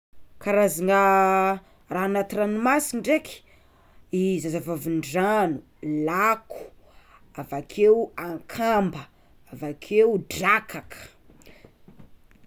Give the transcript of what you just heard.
Karazana raha agnaty ranomasigny ndraiky: zazavavin-drano, lako, avakeo akamba, avakeo drakaka.